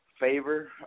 favor